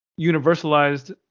universalized